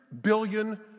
billion